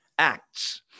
ACTS